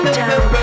down